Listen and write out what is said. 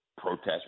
protest